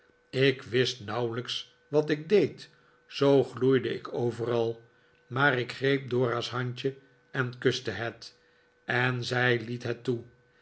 ik wist nauwelijks wat ik deed zoo gloeide ik overal maar ik greep dora's handje en kuste het en zij liet het toe